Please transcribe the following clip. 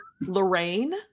Lorraine